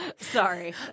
Sorry